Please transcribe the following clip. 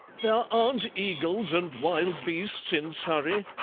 there aren't eagles and wild beasts in surrey,